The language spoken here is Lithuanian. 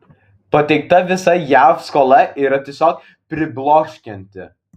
pateikta visa jav skola yra tiesiog pribloškianti